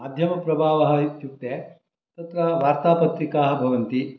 माध्यमप्रभावः इत्युक्ते तत्र वार्तापत्रिकाः भवन्ति